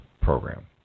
program